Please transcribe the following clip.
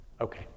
Okay